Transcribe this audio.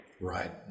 Right